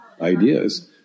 ideas